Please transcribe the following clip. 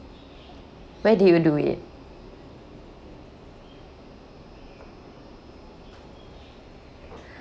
where do you do it